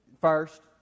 first